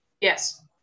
yes